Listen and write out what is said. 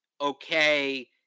okay